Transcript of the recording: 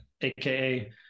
AKA